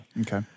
Okay